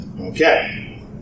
Okay